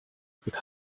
could